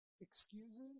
excuses